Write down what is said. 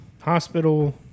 hospital